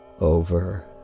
over